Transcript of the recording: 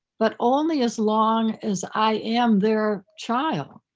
but only as long as i am their child,